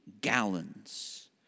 gallons